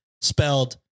spelled